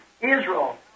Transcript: Israel